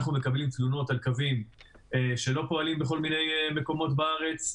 אנחנו מקבלים תלונות על קווים שלא פועלים בכל מיני מקומות בארץ,